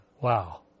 Wow